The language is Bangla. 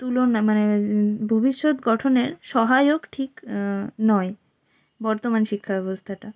তুলনা মানে ভবিষ্যৎ গঠনের সহায়ক ঠিক নয় বর্তমান শিক্ষাব্যবস্থাটা